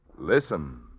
Listen